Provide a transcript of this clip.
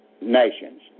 nations